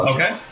Okay